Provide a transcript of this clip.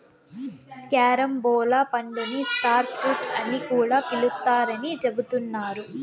carambola పండుని star fruit అని కూడా పిలుత్తారని చెబుతున్నారు